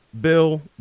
Bill